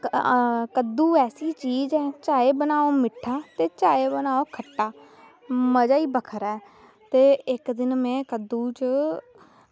ते कद्दू ऐसी चीज़ ऐ चाहे बनाओ खट्टा चाहे बनाओ मिट्ठा मज़ा ई बक्खरा ऐ ते इक्क दिन में कद्दू च